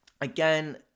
again